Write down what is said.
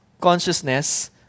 consciousness